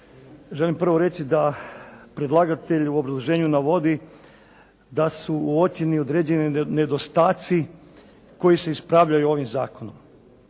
želim prvo reći da predlagatelj u obrazloženju navodi da su uočeni neodređeni nedostaci koji se ispravljaju ovim zakonom.